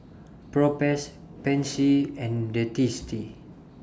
Propass Pansy and Dentiste